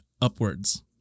upwards